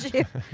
if